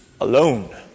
alone